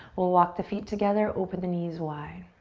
we'll walk the feet together, open the knees wide.